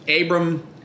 Abram